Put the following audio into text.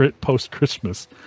post-Christmas